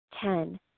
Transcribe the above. Ten